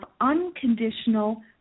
unconditional